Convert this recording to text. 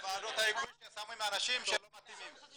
בוועדות ההיגוי ששמים אנשים שלא מתאימים.